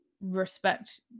respect